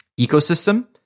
ecosystem